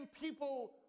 people